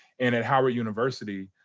and at howard university,